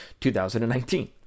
2019